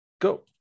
Go